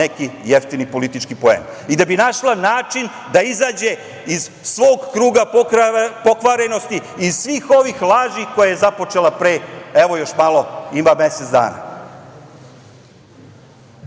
neki jeftini politički poen i da bi našla način da izađe iz svog kruga pokvarenosti i iz svih ovih laži koje je započela pre, evo, još malo ima mesec dana.